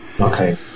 Okay